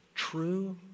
true